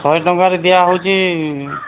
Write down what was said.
ଶହେ ଟଙ୍କାରେ ଦିଆ ହେଉଛି